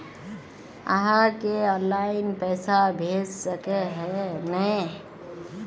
आहाँ के ऑनलाइन पैसा भेज सके है नय?